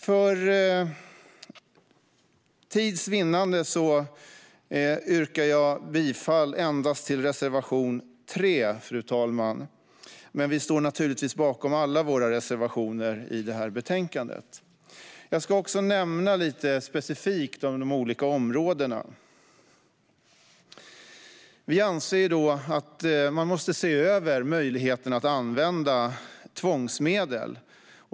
För tids vinnande yrkar jag bifall endast till reservation 3, fru talman. Men vi står naturligtvis bakom alla våra reservationer i detta betänkande. Jag ska också, lite specifikt, tala om de olika områdena. Vi anser att man måste se över möjligheten att använda tvångsmedel.